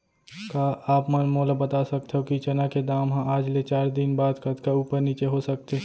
का आप मन मोला बता सकथव कि चना के दाम हा आज ले चार दिन बाद कतका ऊपर नीचे हो सकथे?